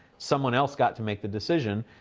someone else got to make the decision,